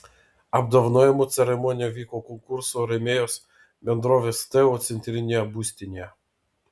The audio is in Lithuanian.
apdovanojimų ceremonija vyko konkurso rėmėjos bendrovės teo centrinėje būstinėje